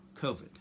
COVID